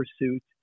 pursuit